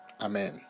Amen